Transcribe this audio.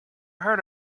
heard